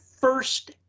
first